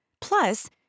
Plus